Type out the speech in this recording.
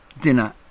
dinner